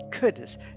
Goodness